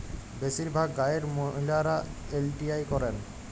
বেশিরভাগ গাঁয়ের মহিলারা এল.টি.আই করেন